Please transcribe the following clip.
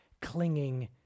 clinging